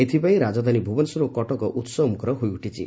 ଏଥିପାଇଁ ରାଜଧାନୀ ଭୁବନେଶ୍ୱର ଓ କଟକ ଉହବମୁଖର ହୋଇଉଠିଛି